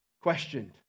questioned